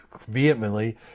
vehemently